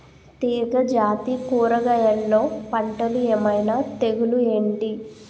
తీగ జాతి కూరగయల్లో పంటలు ఏమైన తెగులు ఏంటి?